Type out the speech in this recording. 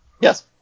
Yes